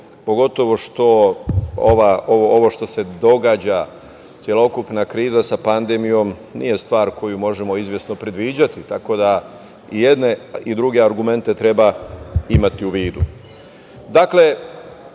što ovo što se događa, celokupna kriza sa pandemijom nije stvar koju možemo izvesno predviđati, tako da i jedne i druge argumente treba imati u